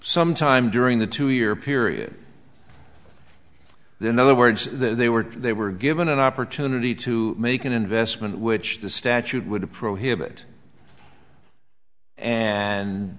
some time during the two year period then other words they were they were given an opportunity to make an investment which the statute would prohibit and